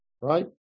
Right